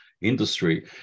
industry